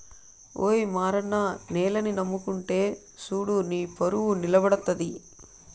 ఓయి మారన్న నేలని నమ్ముకుంటే సూడు నీపరువు నిలబడతది